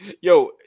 Yo